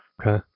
Okay